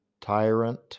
tyrant